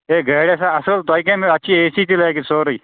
A گٲڑۍ چھےٚ اَصٕل تۄہہِ کٔمۍ اَتھ چھُ اے سی تہِ لٲگِتھ سورٕے